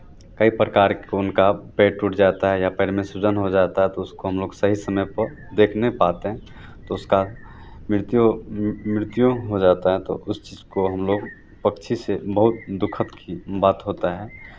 कई प्रकार को उनका पैर टूट जाता है या पैर में सूजन हो जाता है तो उसको हम सही समय पर देख नहीं पाते हैं तो उसका मृत्यु मृत्यु हो जाता है तो उस चीज़ को हम लोग पक्षी से बहुत दुःखद की बात होता है